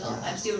ya